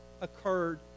occurred